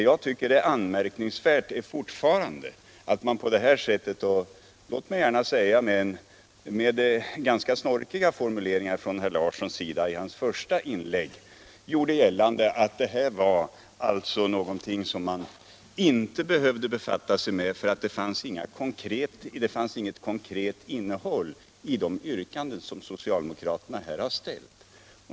Jag tycker fortfarande att det är anmärkningsvärt att herr Larsson i Borrby med — låt mig gärna säga — ganska snorkiga formuleringar i sitt första inlägg gjorde gällande att det här var någonting som man inte behövde befatta sig med, för det fanns inget konkret innehåll i de yrkanden som socialdemokraterna här har ställt.